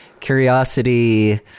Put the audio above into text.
Curiosity